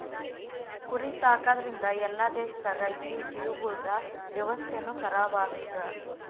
ಕುರಿ ಸಾಕದ್ರಿಂದ್ ಎಲ್ಲಾ ದೇಶದಾಗ್ ಇದ್ದಿವು ಜೀವಿಗೊಳ್ದ ವ್ಯವಸ್ಥೆನು ಖರಾಬ್ ಆತ್ತುದ್